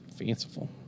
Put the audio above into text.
Fanciful